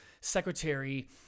secretary